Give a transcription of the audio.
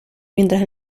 mientras